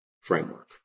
framework